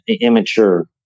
immature